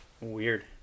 Weird